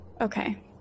Okay